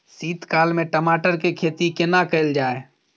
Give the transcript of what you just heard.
शीत काल में टमाटर के खेती केना कैल जाय?